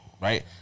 right